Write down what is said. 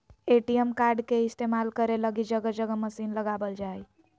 ATM card के इस्तेमाल करे लगी जगह जगह मशीन लगाबल जा हइ